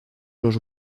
los